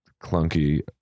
clunky